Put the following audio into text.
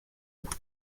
بود